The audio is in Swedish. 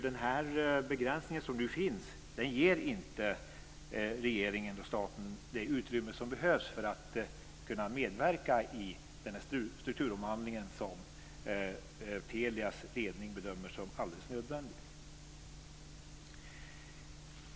Den begränsning som nu finns ger inte regeringen och staten det utrymme som behövs för att kunna medverka i den strukturomvandling som Telias ledning bedömer som alldeles nödvändig.